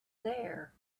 there